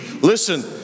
Listen